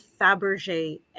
Fabergé